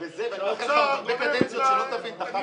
שלא תבין,